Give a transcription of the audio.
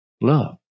Love